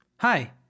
Hi